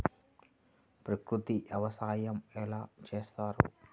ప్రకృతి వ్యవసాయం ఎలా చేస్తారు?